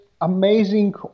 amazing